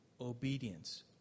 obedience